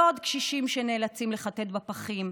לא עוד קשישים שנאלצים לחטט בפחים,